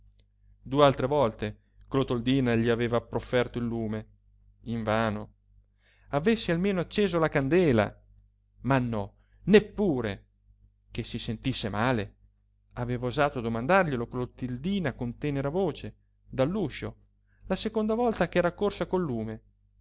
due altre volte clotildina gli aveva profferto il lume invano avesse almeno acceso la candela ma no neppure che si sentisse male aveva osato domandarglielo clotildina con tenera voce dall'uscio la seconda volta ch'era accorsa col lume